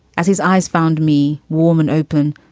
as his eyes found me warm and open,